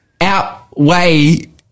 outweigh